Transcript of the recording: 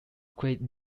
created